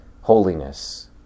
holiness